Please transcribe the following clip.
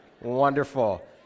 Wonderful